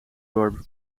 dorp